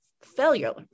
failure